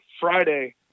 Friday